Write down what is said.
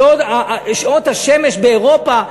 שעות השמש באירופה,